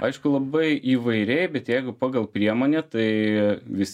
aišku labai įvairiai bet jeigu pagal priemonę tai visi